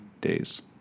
days